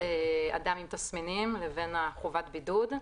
אדם עם תסמינים לבין חובת הבידוד.